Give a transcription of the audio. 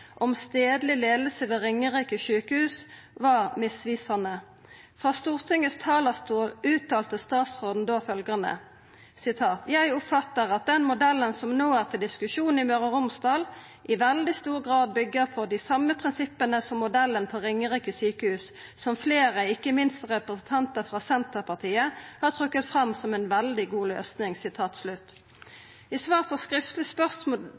om stadleg leiing ved Ringerike sjukehus, var misvisande. Frå Stortingets talarstol uttalte statsråden da: «Jeg oppfatter at den modellen som nå er til diskusjon, i Møre og Romsdal, i veldig stor grad bygger på de samme prinsippene som modellen på Ringerike sykehus – som flere, ikke minst representanter fra Senterpartiet, har trukket fram som en veldig god løsning.» I svaret på